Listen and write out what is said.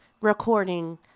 recording